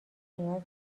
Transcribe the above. نیاز